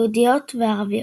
יהודית וערבית.